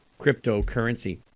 cryptocurrency